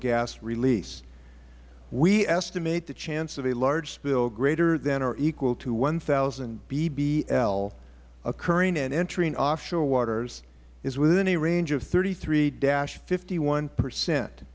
gas release we estimate the chance of a large spill greater than or equal to one thousand bbl occurring and entering offshore waters is within a range of thirty three fifty one percent